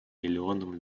миллионам